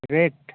rate